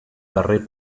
darrer